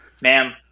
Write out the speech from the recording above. Ma'am